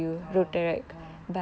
oh oh